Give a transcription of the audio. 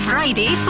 Friday